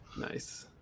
nice